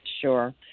Sure